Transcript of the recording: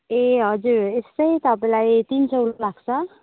ए हजुर यस्तै तपाईँलाई तिन सय रुपियाँ लाग्छ